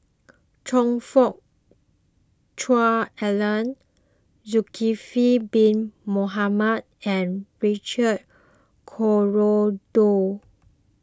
Choe Fook Cheong Alan Zulkifli Bin Mohamed and Richard Corridon